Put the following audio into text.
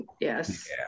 Yes